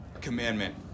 commandment